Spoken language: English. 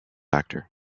actor